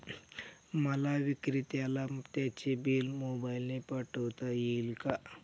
मला विक्रेत्याला त्याचे बिल मोबाईलने पाठवता येईल का?